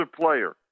player